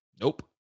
Nope